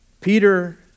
Peter